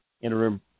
interim